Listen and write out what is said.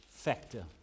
Factor